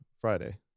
Friday